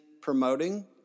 promoting